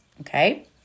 Okay